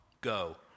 go